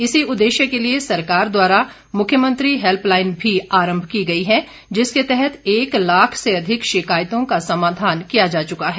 इसी उददेश्य के लिए सरकार द्वारा मुख्यमंत्री हैल्पलाईन भी आरंभ की गई है जिसके तहत एक लाख से अधिक शिकायतों का समधान किया जा चुका है